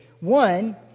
One